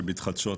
של מתחדשות,